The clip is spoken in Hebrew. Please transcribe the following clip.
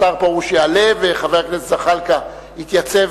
השר פרוש יעלה וחבר הכנסת זחאלקה יתייצב